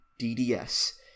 DDS